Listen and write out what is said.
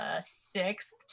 sixth